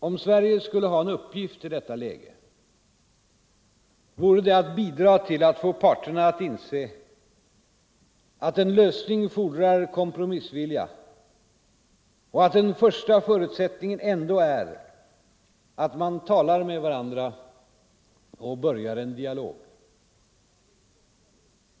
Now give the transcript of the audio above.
Om Sverige skulle ha en uppgift i detta läge vore det att bidra till att få parterna att inse att en lösning fordrar kompromissvilja och att en första förutsättning ändå är att man talar med varandra och börjar en dialog.